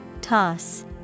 Toss